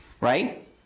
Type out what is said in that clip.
right